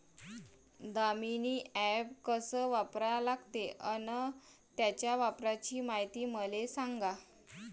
Damini app कस वापरा लागते? अन त्याच्या वापराची मायती मले सांगा